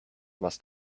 must